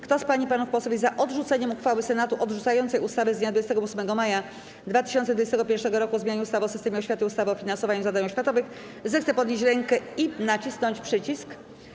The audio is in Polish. Kto z pań i panów posłów jest za odrzuceniem uchwały Senatu odrzucającej ustawę z dnia 28 maja 2021 r. o zmianie ustawy o systemie oświaty i ustawy o finansowaniu zadań oświatowych, zechce podnieść rękę i nacisnąć przycisk.